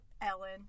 Ellen